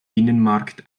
binnenmarkt